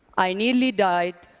i nearly died,